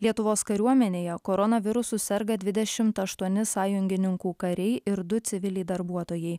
lietuvos kariuomenėje koronavirusu serga dvidešimt aštuoni sąjungininkų kariai ir du civiliai darbuotojai